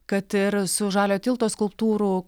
kad ir su žaliojo tilto skulptūrų